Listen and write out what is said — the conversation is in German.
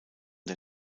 der